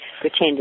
pretend